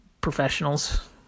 professionals